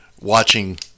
watching